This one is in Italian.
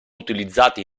utilizzati